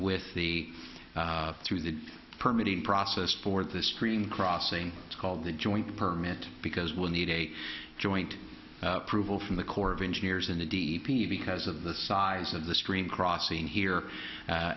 with the to the permitting process for this stream crossing it's called the joint permit because we'll need a joint proven from the corps of engineers in the d e p t because of the size of the stream crossing here a